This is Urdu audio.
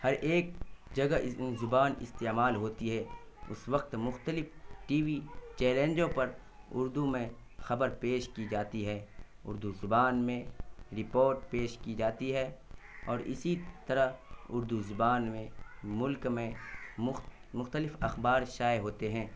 ہر ایک جگہ زبان استعمال ہوتی ہے اس وقت مختلف ٹی وی چیلنجوں پر اردو میں خبر پیش کی جاتی ہے اردو زبان میں رپورٹ پیش کی جاتی ہے اور اسی طرح اردو زبان میں ملک میں مختلف اخبار شائع ہوتے ہیں